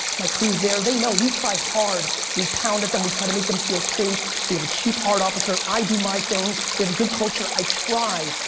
my crews there, they know, we try hard. we pound at them, we try to make them feel safe. we have a chief heart officer, i do my thing. we have a good culture, i try.